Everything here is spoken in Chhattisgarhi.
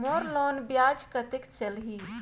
मोर लोन ब्याज कतेक चलही?